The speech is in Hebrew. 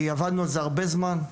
כי עבדנו על זה הרבה זמן.